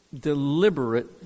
deliberate